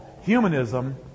Humanism